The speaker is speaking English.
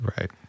Right